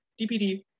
dpd